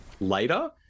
later